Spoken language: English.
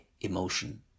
emotion